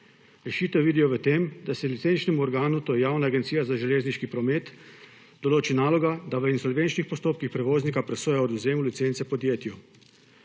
Rešitev vidijo v tem, da se licenčnemu organu, to je Javna agencija za železniški promet, določi naloga, da v insolventnih postopkih prevoznika presoja o odvzemu licence podjetju.